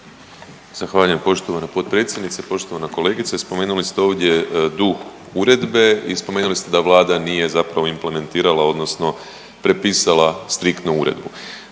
Zahvaljujem poštovana potpredsjednice. Poštovana kolegice spomenuli ste ovdje duh Uredbe i spomenuli ste da Vlada nije zapravo implementirala odnosno prepisala striktno Uredbu.